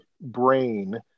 brain